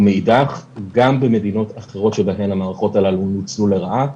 ומאידך גם במדינות אחרות בהן המערכות הללו נוצלו לרעה,